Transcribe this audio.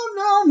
no